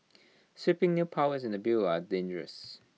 sweeping new powers in the bill are dangerous